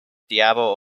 diabo